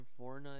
Fortnite